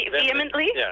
Vehemently